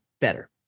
better